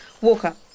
Walker